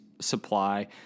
supply